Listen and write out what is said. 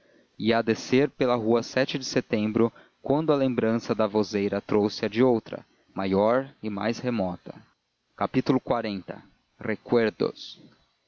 ia a descer pela rua sete de setembro quando a lembrança da vozeria trouxe a de outra maior e mais remota xl recuerdos